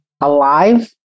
alive